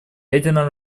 ядерное